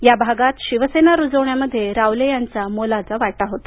या भागांत शिवसेना रुजवण्यामध्ये रावले यांचा मोलाचा वाटा होता